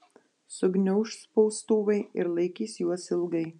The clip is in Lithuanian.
sugniauš spaustuvai ir laikys juos ilgai